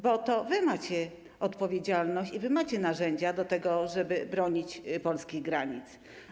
Bo to wy macie odpowiedzialność i wy macie narzędzia do tego, żeby bronić polskich granic.